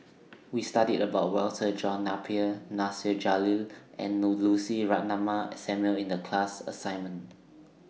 We studied about Walter John Napier Nasir Jalil and No Lucy Ratnammah Samuel in The class assignment